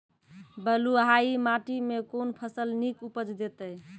बलूआही माटि मे कून फसल नीक उपज देतै?